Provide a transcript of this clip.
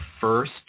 first